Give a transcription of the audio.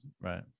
Right